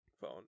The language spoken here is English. phone